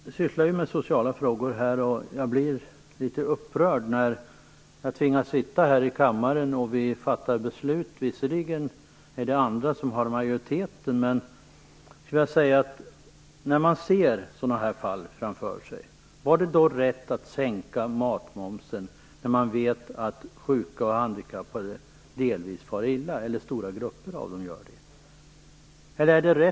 Jag sysslar ju med sociala frågor, och jag blir litet upprörd när jag tvingas sitta här i kammaren och fatta vissa beslut - även om det är andra som har majoriteten. När man ser sådana här fall framför sig undrar man nämligen: Var det rätt att sänka matmomsen när man vet att stora grupper av sjuka och handikappade far illa?